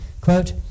quote